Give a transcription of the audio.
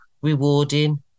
rewarding